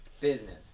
Business